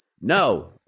No